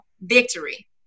Victory